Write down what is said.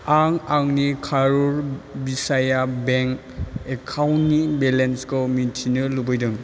आं आंनि कारुर भिसाया बेंक एकाउन्टनि बेलेन्सखौ मिन्थिनो लुबैदों